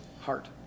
heart